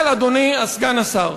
אבל, אדוני סגן השר,